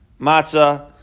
Matzah